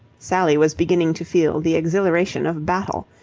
sally was beginning to feel the exhilaration of battle.